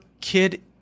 kid